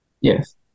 Yes